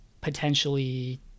potentially